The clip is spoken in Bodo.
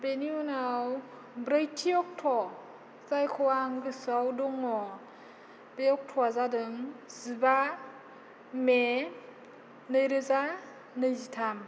बेनि उनाव ब्रैथि अक्ट' जायखौ आं गोसोआव दङ बे अक्ट'आ जादों जिबा मे नैरोजा नैजिथाम